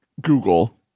Google